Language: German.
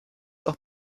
auch